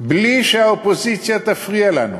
בלי שהאופוזיציה תפריע לנו,